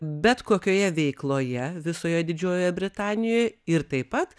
bet kokioje veikloje visoje didžiojoje britanijoj ir taip pat